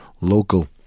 local